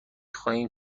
خواهیم